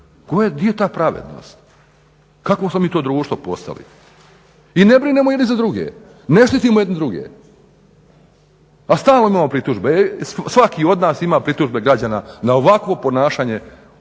gdje je ta pravednost kakvo smo mi to društvo postali? I ne brinemo jedni za druge, ne štitimo jedni druge, a stalno imamo pritužbe. Svaki od nas ima pritužbe građana na ovakvo ponašanje